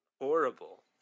horrible